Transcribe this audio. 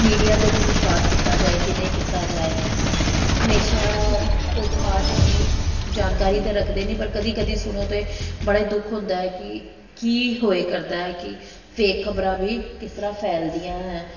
media 'ਤੇ ਵੀ ਵਿਸ਼ਵਾਸ ਕੀਤਾ ਜਾਵੇ ਕਿ ਨਹੀਂ ਕੀਤਾ ਜਾਵੇ ਹਮੇਸ਼ਾ ਕੋਈ ਖਾਸ ਇੰਨੀ ਜਾਣਕਾਰੀ ਤਾਂ ਰੱਖਦੇ ਨਹੀਂ ਪਰ ਕਦੀ ਕਦੀ ਸੁਣੋ ਤਾਂ ਬੜਾ ਦੁੱਖ ਹੁੰਦਾ ਕਿ ਕੀ ਹੋਏ ਕਰਦਾ ਹੈ ਕਿ ਫੇਕ ਖਬਰਾਂ ਵੀ ਕਿਸ ਤਰ੍ਹਾਂ ਫੈਲਦੀਆਂ ਹੈ